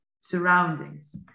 surroundings